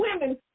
women